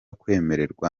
kwemerwa